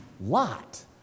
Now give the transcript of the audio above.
lot